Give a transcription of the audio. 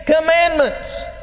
commandments